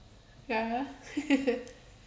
ya